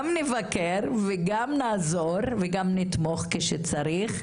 גם נבקר וגם נעזור וגם נתמוך כשצריך,